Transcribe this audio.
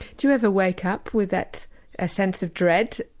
do you ever wake up with that ah sense of dread,